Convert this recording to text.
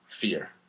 fear